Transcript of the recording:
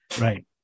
right